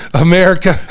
America